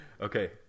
okay